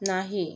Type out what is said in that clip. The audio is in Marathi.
नाही